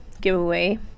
giveaway